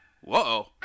whoa